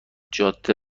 جاده